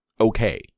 okay